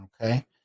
Okay